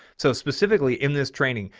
so specifically in this training,